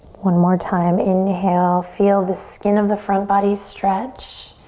one more time, inhale. feel the skin of the front body stretch.